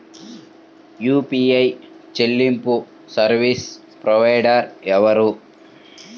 UPI చెల్లింపు service provider ఎవరు?